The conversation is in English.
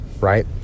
right